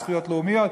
זכויות לאומיות,